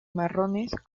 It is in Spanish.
marrones